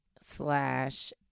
slash